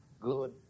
good